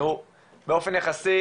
באופן יחסי,